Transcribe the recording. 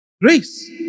Grace